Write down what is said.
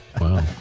wow